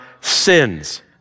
sins